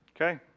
Okay